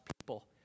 people